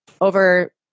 over